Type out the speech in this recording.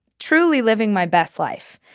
truly living my best life.